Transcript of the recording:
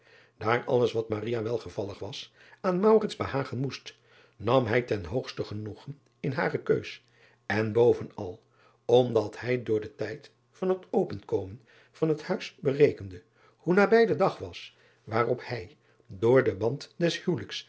aar alles wat welgevallig was aan behagen moest nam hij ten hoogste genoegen in hare keus en bovenal omdat hij door den tijd van het openkomen van het huis berekende hoe na driaan oosjes zn et leven van aurits ijnslager bij de dag was waarop hij door den band des huwelijks